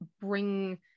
bring